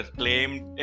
claimed